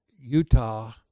Utah